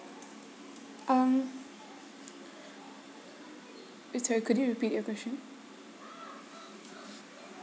um oh sorry could you repeat your question